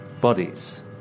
bodies